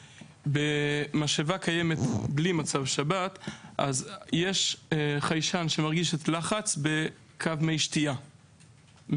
במשאבה קיימת בלי מצב שבת יש חיישן שמרגיש לחץ בקו מי שתייה,